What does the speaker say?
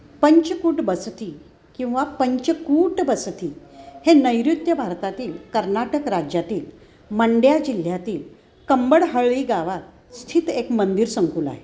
पंचकूट बसती किंवा पंचकूट बसथी हे नैऋत्य भारतातील कर्नाटक राज्यातील मंड्या जिल्ह्यातील कंबडहळ्ळी गावात स्थित एक मंदिर संकुल आहे